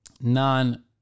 non